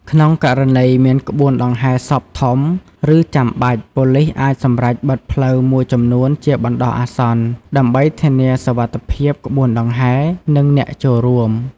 ក្នុងករណីមានក្បួនដង្ហែសពធំ ឬចាំបាច់ ប៉ូលីសអាចសម្រេចបិទផ្លូវមួយចំនួនជាបណ្តោះអាសន្ន ដើម្បីធានាសុវត្ថិភាពក្បួនដង្ហែ និងអ្នកចូលរួម។